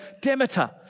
Demeter